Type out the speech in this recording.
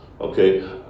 Okay